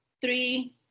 three